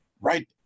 right